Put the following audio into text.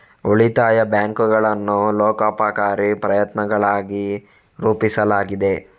ಉಳಿತಾಯ ಬ್ಯಾಂಕುಗಳನ್ನು ಲೋಕೋಪಕಾರಿ ಪ್ರಯತ್ನಗಳಾಗಿ ರೂಪಿಸಲಾಗಿದೆ